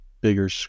bigger